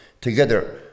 together